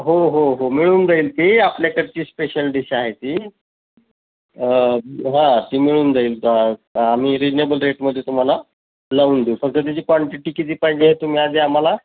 हो हो हो मिळून जाईल ती आपल्याकडची स्पेशल डिश आहे ती हां ती मिळून जाईल तर आम्ही रिजनेबल रेटमध्ये तुम्हाला लावून देऊ फक्त त्याची क्वांटिटी किती पाहिजे तुम्ही आधी आम्हाला